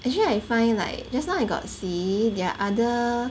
actually I find like just now I got to see their other